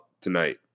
tonight